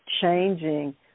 changing